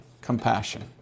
compassion